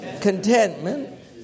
contentment